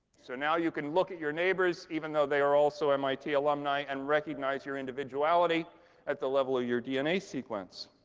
so now you can look at your neighbors, even though they are also mit alumni, and recognize your individuality at the level of ah your dna sequence,